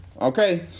okay